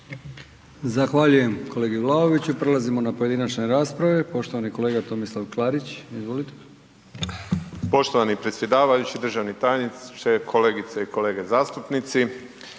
Zahvaljujem kolegi Vlaoviću. Prelazimo na pojedinačne rasprave. Poštovani kolega Tomislav Klarić, izvolite. **Klarić, Tomislav (HDZ)** Poštovani predsjedavajući, državni tajniče, kolegice i kolege zastupnici.